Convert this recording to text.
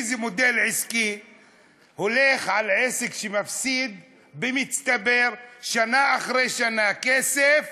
איזה מודל עסקי הולך על עסק שמפסיד במצטבר שנה אחרי שנה כסף